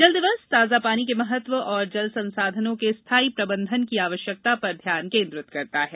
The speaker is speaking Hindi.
जल दिवस ताजा पानी के महत्व और जल संसाधनों के स्थायी प्रबंधन की आवश्यकता पर ध्यान केंद्रित करता है